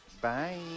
Bye